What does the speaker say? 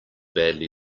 badly